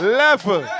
level